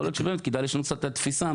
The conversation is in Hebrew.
יכול להיות שבאמת כדאי לשנות קצת את התפיסה.